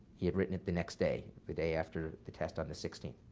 he had written it the next day, the day after the test on the sixteenth.